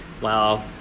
Wow